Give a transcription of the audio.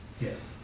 Yes